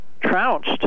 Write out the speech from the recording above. trounced